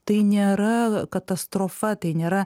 tai nėra katastrofa tai nėra